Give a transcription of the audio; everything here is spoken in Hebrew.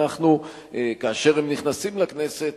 כאשר הם נכנסים לכנסת,